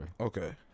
Okay